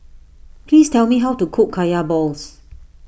please tell me how to cook Kaya Balls